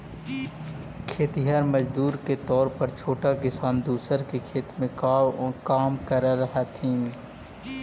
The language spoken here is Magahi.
खेतिहर मजदूर के तौर पर छोटा किसान दूसर के खेत में काम करऽ हथिन